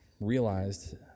realized